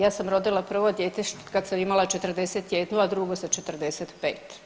Ja sam rodila prvo dijete kad sam imala 41, a drugo sa 45.